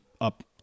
up